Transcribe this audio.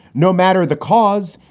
no matter the cause,